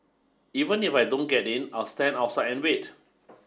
even if I don't get in I'll stand outside and wait